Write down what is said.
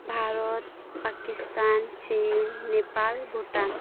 Bharat Pakistan Chin Nepal Bhutan